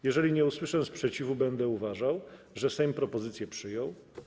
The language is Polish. Jeżeli nie usłyszę sprzeciwu, będę uważał, że Sejm propozycję przyjął.